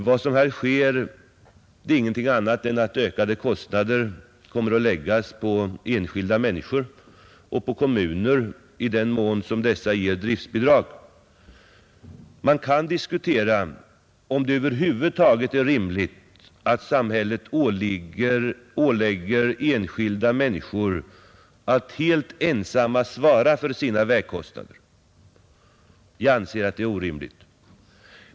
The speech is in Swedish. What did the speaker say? Vad som här sker är ingenting annat än att ökade kostnader kommer att läggas på enskilda människor och på kommuner i den mån som dessa ger driftbidrag. Man kan diskutera om det över huvud taget är riktigt att samhället ålägger enskilda människor att helt ensamma svara för sina vägkostnader. Vi anser att det är orimligt.